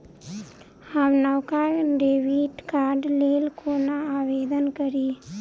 हम नवका डेबिट कार्डक लेल कोना आवेदन करी?